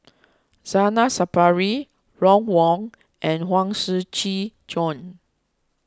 Zainal Sapari Ron Wong and Huang Shiqi Joan